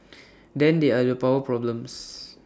then there are the power problems